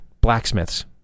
blacksmiths